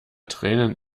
tränen